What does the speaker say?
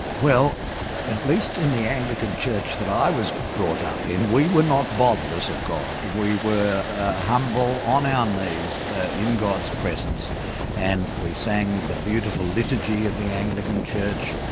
well at least in the anglican church that i was brought up in we were not botherers of god. we were humble, on our knees in god's presence and we sang the beautiful liturgy of the anglican church.